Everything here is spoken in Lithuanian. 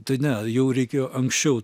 tai ne jau reikėjo anksčiau